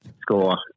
score